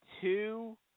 two